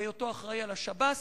בהיותו אחראי על השב"ס.